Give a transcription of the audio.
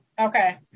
okay